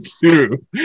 two